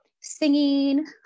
singing